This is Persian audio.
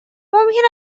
ممکن